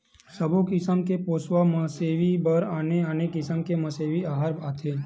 सबो किसम के पोसवा मवेशी बर आने आने किसम के मवेशी अहार आथे